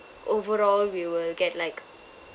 overall we will get like